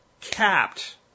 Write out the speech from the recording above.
capped